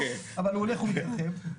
אבל הוא הולך ומתרחב.